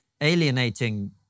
alienating